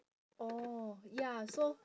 orh ya so